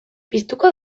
piztuko